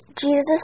Jesus